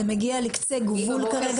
זה מגיע לקצה גבול כרגע.